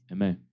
Amen